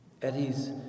Eddie's